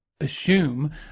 Assume